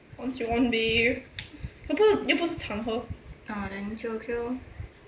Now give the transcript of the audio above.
ons 就 ons 呗又不是又不是常喝